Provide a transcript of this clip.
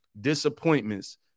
disappointments